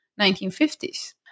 1950s